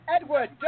Edward